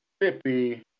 Mississippi